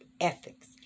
ethics